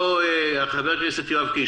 חבר הכנסת יואב קיש,